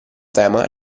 tema